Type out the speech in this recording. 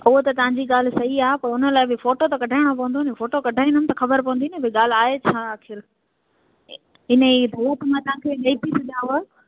उहो त तव्हांजी ॻाल्हि सही आहे पर उन लाइ बि फोटो त कढाइणो पवंदो नि फोटो कढाईंदमि त ख़बर पवंदी न भई ॻाल्हि आहे छा आख़िर इन जी ज़रूरत आ्हे त मां तव्हांखे ॾई छॾांव